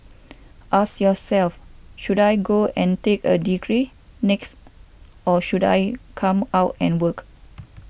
ask yourself should I go and take a degree next or should I come out and work